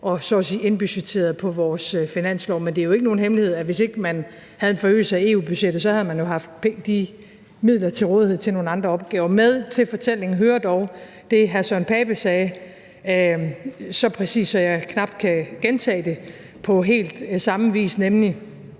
og så at sige indbudgetteret på vores finanslov. Men det er ikke nogen hemmelighed, at hvis ikke man havde en forøgelse af EU-budgettet, så havde man jo haft de midler til rådighed til nogle andre opgaver. Med til fortællingen hører dog det, hr. Søren Pape Poulsen sagde så præcist, at jeg knap kan gentage det på helt samme vis, nemlig